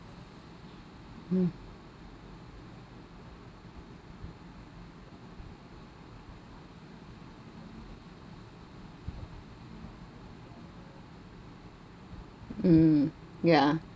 mm mm ya